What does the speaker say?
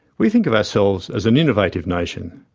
we think of ourselves as an innovative nation.